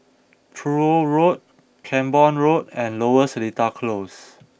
Truro Road Camborne Road and Lower Seletar Close